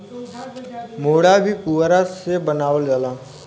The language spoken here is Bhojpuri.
मोढ़ा भी पुअरा से बनावल जाला